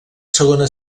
segona